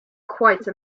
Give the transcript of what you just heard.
quite